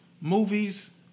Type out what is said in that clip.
movies